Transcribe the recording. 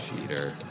Cheater